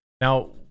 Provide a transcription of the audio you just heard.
Now